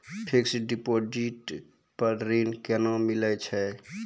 Fixed deposit पर ऋण केना मिलै छै?